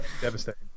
devastating